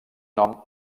nom